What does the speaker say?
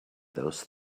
those